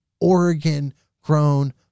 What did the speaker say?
Oregon-grown